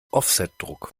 offsetdruck